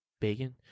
bacon